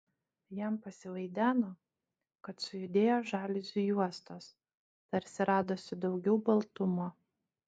jam pasivaideno kad sujudėjo žaliuzių juostos tarsi radosi daugiau baltumo